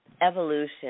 Evolution